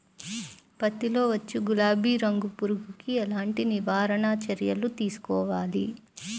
పత్తిలో వచ్చు గులాబీ రంగు పురుగుకి ఎలాంటి నివారణ చర్యలు తీసుకోవాలి?